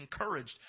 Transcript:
encouraged